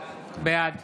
בעד